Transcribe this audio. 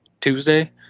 Tuesday